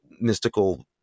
mystical